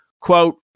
quote